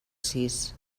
sis